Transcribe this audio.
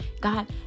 God